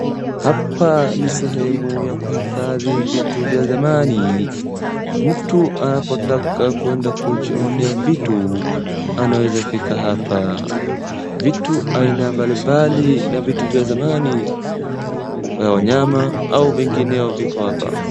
Hapa ni sehemu ya kuhifadhi vitu vya dhamani. Mtu anapotaka kwenda kujionea vitu anaweza fika hapa. Vitu aina mbalimbali na vitu vya zamani, vya wanyama au vingineo viko hapa.